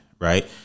right